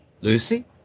Lucy